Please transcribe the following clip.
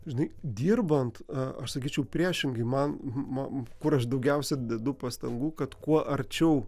žinai dirbant aš sakyčiau priešingai man man kur aš daugiausia dedu pastangų kad kuo arčiau